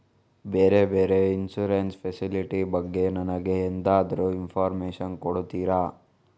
ಬೇರೆ ಬೇರೆ insurance facility ಬಗ್ಗೆ ನನಗೆ ಎಂತಾದ್ರೂ ಇನ್ಫೋರ್ಮೇಷನ್ ಕೊಡ್ತೀರಾ?